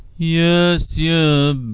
years yeah